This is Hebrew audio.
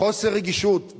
בחוסר רגישות,